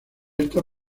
esta